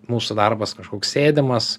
mūsų darbas kažkoks sėdimas